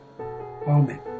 amen